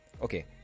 okay